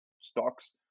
stocks